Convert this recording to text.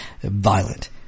violent